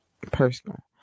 personal